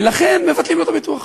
ולכן מבטלים לו את הביטוח.